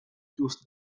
choose